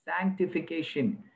sanctification